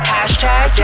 Hashtag